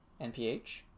NPH